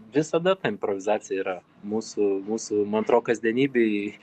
visada ta improvizacija yra mūsų mūsų man atro kasdienybėj